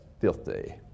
filthy